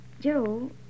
Joe